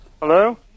Hello